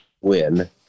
win